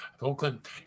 Oakland